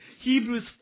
Hebrews